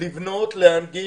לבנות ולהנגיש.